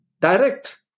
direct